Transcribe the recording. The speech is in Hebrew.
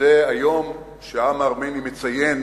שזה היום שהעם הארמני מציין